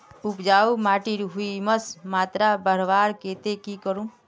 उपजाऊ माटिर ह्यूमस मात्रा बढ़वार केते की करूम?